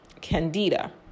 candida